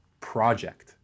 project